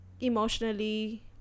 emotionally